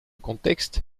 contexte